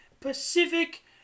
Pacific